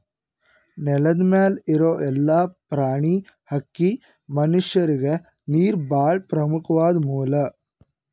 ನೆಲದ್ ಮ್ಯಾಲ್ ಇರೋ ಎಲ್ಲಾ ಪ್ರಾಣಿ, ಹಕ್ಕಿ, ಮನಷ್ಯರಿಗ್ ನೀರ್ ಭಾಳ್ ಪ್ರಮುಖ್ವಾದ್ ಮೂಲ